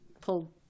pull